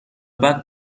بعد